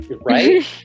Right